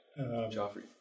Joffrey